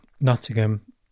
Nottingham